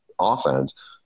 offense